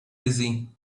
easy